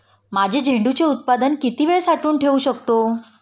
माझे झेंडूचे उत्पादन किती वेळ साठवून ठेवू शकतो?